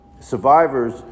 survivors